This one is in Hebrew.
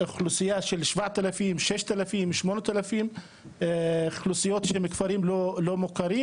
גודל האוכלוסייה נע בין 5,000-8,000 אנשים של יישובים לא מוכרים,